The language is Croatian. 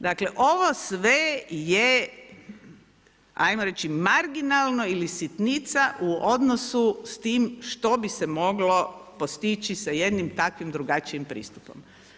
Dakle ovo sve je ajmo reći marginalno ili sitnica u odnosu s time što bi se moglo postići sa jednim takvim drugačijim pristupom.